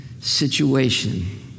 situation